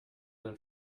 than